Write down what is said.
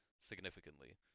significantly